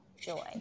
joy